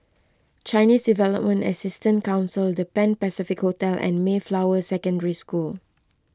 Chinese Development Assistance Council the Pan Pacific Hotel and Mayflower Secondary School